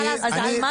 על מה